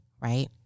Right